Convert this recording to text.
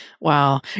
Wow